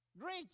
great